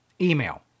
email